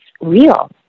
real